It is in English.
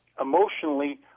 emotionally